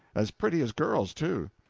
as pretty as girls, too.